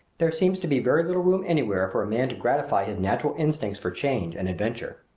there seems to be very little room anywhere for a man to gratify his natural instincts for change and adventure.